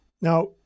Now